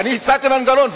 ואני הצעתי מנגנון,